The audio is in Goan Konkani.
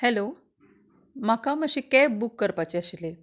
हॅलो म्हाका मातशी कॅब बूक करपाची आशिल्ली